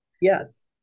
Yes